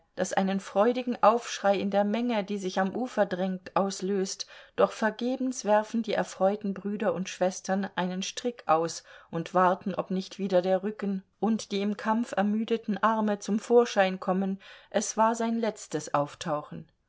das einen freudigen aufschrei in der menge die sich am ufer drängt auslöst doch vergebens werfen die erfreuten brüder und schwestern einen strick aus und warten ob nicht wieder der rücken und die im kampf ermüdeten arme zum vorschein kommen es war sein letztes auftauchen